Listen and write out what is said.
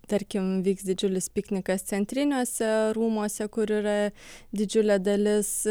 tarkim vyks didžiulis piknikas centriniuose rūmuose kur yra didžiulė dalis